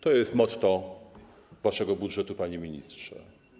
To jest motto waszego budżetu, panie ministrze.